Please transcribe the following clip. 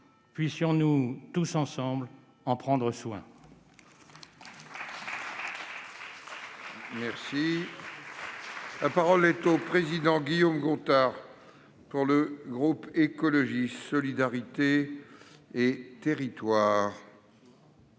Puissions-nous, tous ensemble, en prendre soin. La parole est à M. Guillaume Gontard, pour le groupe Écologiste - Solidarité et Territoires.